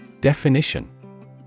Definition